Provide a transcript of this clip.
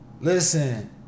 Listen